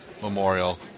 Memorial